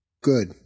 good